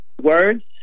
words